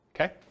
okay